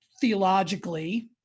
theologically